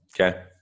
okay